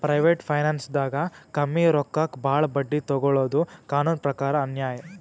private ಫೈನಾನ್ಸ್ದಾಗ್ ಕಮ್ಮಿ ರೊಕ್ಕಕ್ ಭಾಳ್ ಬಡ್ಡಿ ತೊಗೋಳಾದು ಕಾನೂನ್ ಪ್ರಕಾರ್ ಅನ್ಯಾಯ್